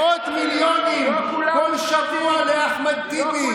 מאות מיליונים בכל שבוע לאחמד טיבי,